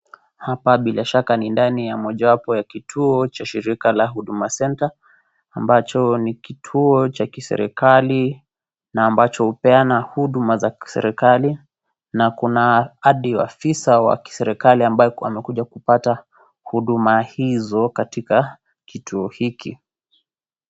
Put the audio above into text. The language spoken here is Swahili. Hapa bila shaka ni ndani ya mojawapo ya kituo cha shirika la Huduma center, ambacho ni kituo cha kiserikali, na ambacho hupeana huduma za kiserikali, na kuna hadi afisa wa kiserikali ambaye amekuja kupata huduma hizo katika kituo hiki.